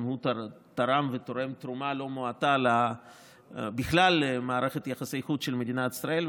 גם הוא תרם ותורם תרומה לא מועטה בכלל למערכת יחסי החוץ של מדינת ישראל,